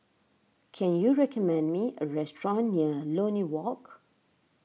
can you recommend me a restaurant near Lornie Walk